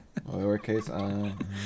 Lowercase